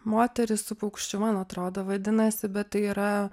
moteris su paukščiu man atrodo vadinasi bet tai yra